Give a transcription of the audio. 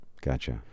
Gotcha